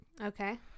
Okay